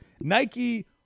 Nike